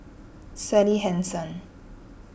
Sally Hansen